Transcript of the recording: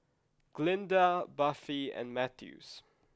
Glynda Buffy and Mathews